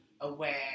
aware